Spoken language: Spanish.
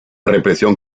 represión